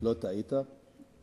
לא טעית.